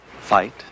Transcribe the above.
fight